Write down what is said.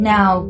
Now